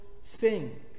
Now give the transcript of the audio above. sing